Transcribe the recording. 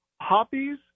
hobbies